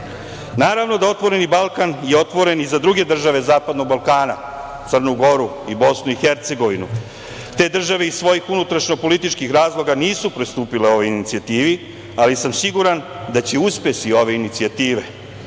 da „Otvoreni Balkan“ je otvoren i za druge države zapadnog Balkana, Crnu Goru i Bosnu i Hercegovinu. Te države iz svojih unutrašnjo-političkih razloga nisu pristupile ovoj inicijativi, ali sam siguran da će uspesi ove inicijative